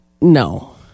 no